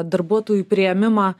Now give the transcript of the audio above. darbuotojų priėmimą